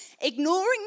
ignoring